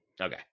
Okay